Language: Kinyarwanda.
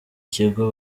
kigo